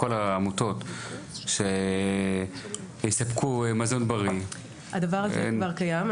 לכל העמותות שיספקו מזון בריא --- הדבר הזה כבר קיים,